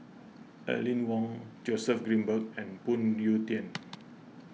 Aline Wong Joseph Grimberg and Phoon Yew Tien